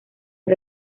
del